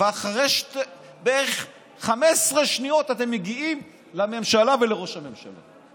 ואחרי בערך 15 שניות אתם מגיעים לממשלה ולראש הממשלה.